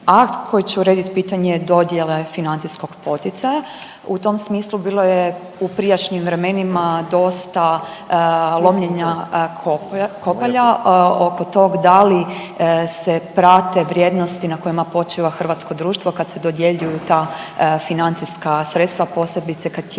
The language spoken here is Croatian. koji će urediti pitanje dodjele financijskog poticaja. U tom smislu bilo je u prijašnjim vremenima dosta lomljenja kopalja oko tog da li se prate vrijednosti na kojima počiva hrvatsko društvo kad se dodjeljuju ta financijska sredstva posebice kad je